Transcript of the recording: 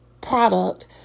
product